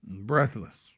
Breathless